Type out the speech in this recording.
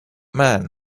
man